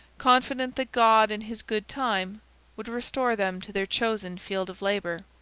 confident that god in his good time would restore them to their chosen field of labour.